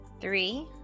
three